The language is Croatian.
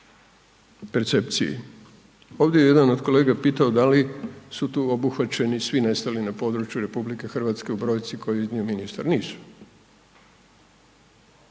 percepciji. Ovdje je jedan o kolega pitao da li su tu obuhvaćeni svi nestali na području RH u brojci koju je iznio ministar, nisu.